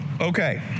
Okay